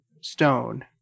stone